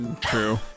True